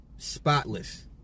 spotless